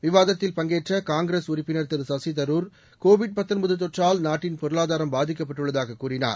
விவாதத்தில் பங்கேற்ற காங்கிரஸ் உறுப்பினர் திரு சஷி தரூர கோவிட் தொற்றால் நாட்டின் பொருளாதாரம் பாதிக்கப்பட்டுள்ளதாக கூறினார்